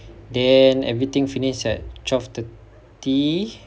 then everything finished at twelve thirty